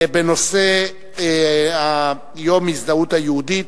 בנושא הזהות היהודית,